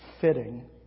fitting